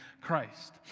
Christ